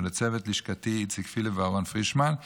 ולצוות לשכתי איציק פיליפ ואהרון פרישמן.